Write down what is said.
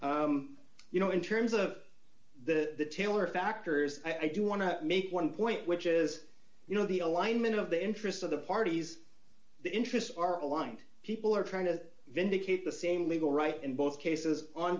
you know in terms of the taylor factors i do want to make one point which is you know the alignment of the interests of the parties the interests are aligned people are trying to vindicate the same legal rights in both cases on